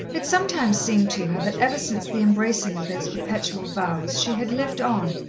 it sometimes seemed to her that ever since the embracing of those perpetual vows, she had lived on,